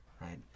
right